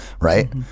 right